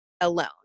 alone